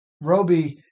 Roby